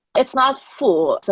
it's not full.